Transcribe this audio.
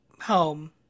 home